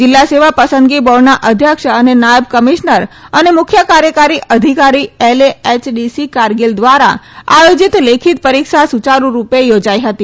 જિલ્લા સેવા પસંદગી બોર્ડના અધ્યક્ષ અને નાયબ કમિશ્નર અને મુખ્ય કાર્યકારી અધિકારી એલએએયડીસી કારગીલ દ્વારા આયોજીત લેખિત પરિક્ષા સુચારૂરૂપે યોજાઇ હતી